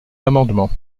l’amendement